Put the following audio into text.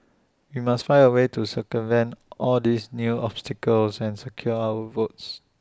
we must find A way to circumvent all these new obstacles and secure our votes